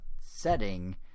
setting